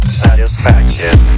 satisfaction